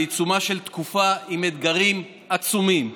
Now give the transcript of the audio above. בעיצומה של תקופה עם אתגרים עצומים,